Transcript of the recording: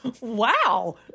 Wow